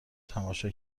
تماشا